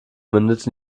mündet